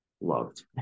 loved